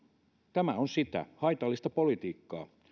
tämä on sitä haitallista politiikkaa